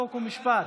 חוק ומשפט.